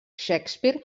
shakespeare